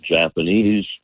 Japanese